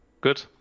good